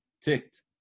ticked